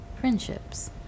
friendships